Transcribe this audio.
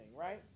right